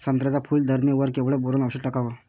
संत्र्याच्या फूल धरणे वर केवढं बोरोंन औषध टाकावं?